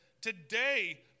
Today